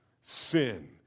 sin